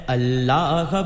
Allah